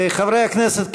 חברי הכנסת,